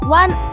one